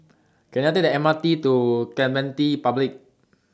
Can I Take The M R T to Clementi Public